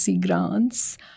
grants